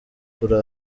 kuri